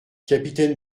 capitaine